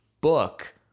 book